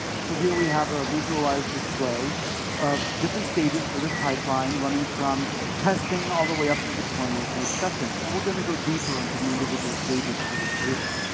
so here, we have a visualized display of different stages for this pipeline, running from testing all the way up through deployment and acceptance. and we're going to go deeper into the individual stages for this later.